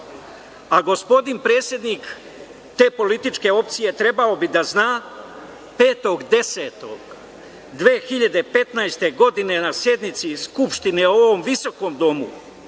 a gospodin predsednik te političke opcije trebao bi da zna 5.10.2015. godine na sednici Skupštine u ovom visokom domu